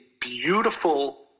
beautiful